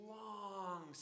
long